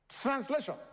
Translation